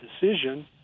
decision